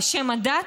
בשם הדת,